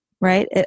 right